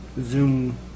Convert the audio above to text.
Zoom